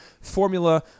formula